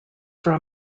from